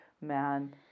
man